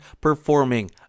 performing